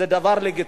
זה דבר לגיטימי.